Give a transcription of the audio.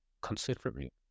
considerably